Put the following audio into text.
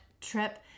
trip